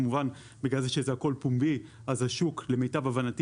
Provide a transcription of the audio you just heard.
כמובן שזה הכל פומבי אז השוק למיטב הבנתי